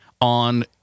on